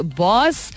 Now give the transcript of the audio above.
boss